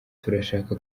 turashaka